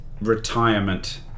retirement